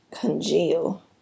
Congeal